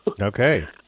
Okay